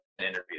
interview